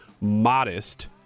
modest